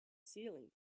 ceiling